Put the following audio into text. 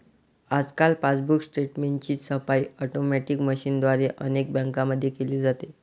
आजकाल पासबुक स्टेटमेंटची छपाई ऑटोमॅटिक मशीनद्वारे अनेक बँकांमध्ये केली जाते